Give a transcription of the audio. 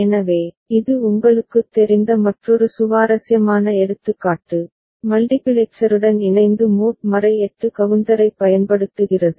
எனவே இது உங்களுக்குத் தெரிந்த மற்றொரு சுவாரஸ்யமான எடுத்துக்காட்டு மல்டிபிளெக்சருடன் இணைந்து மோட் 8 கவுண்டரைப் பயன்படுத்துகிறது